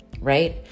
right